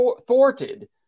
thwarted